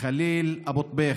ח'ליל אבו טביח',